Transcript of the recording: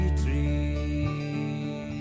tree